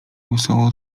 wesoło